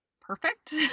perfect